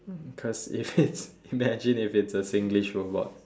cause if imagine if it's a singlish robot